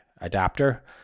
adapter